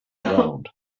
round